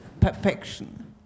perfection